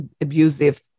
abusive